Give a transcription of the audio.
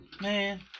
Man